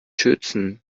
schützen